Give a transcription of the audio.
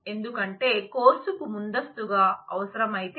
ఎందుకంటే కోర్సు కు ముందస్తుగా అవసరం అయితే